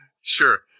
Sure